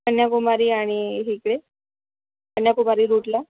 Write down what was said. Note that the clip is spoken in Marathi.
कन्याकुमारी आणि इकडे कन्याकुमारी रुटला